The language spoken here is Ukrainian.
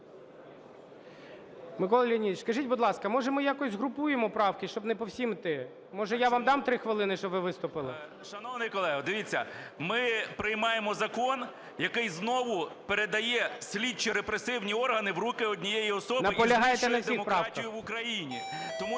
Микола Леонідович, скажіть, будь ласка, може ми якось згрупуємо правки, щоб не по всім йти? Може я вам дам 3 хвилини, щоб ви виступили? 11:14:39 КНЯЖИЦЬКИЙ М.Л. Шановний колего, дивіться, ми приймаємо закон, який знову передає слідчі репресивні органи в руки однієї особи і знищує демократію в Україні.